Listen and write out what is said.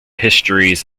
histories